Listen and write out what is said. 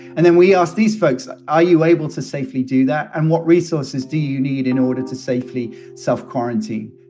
and then we ask these folks, are you able to safely do that and what resources do you need in order to safely self-quarantine?